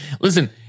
listen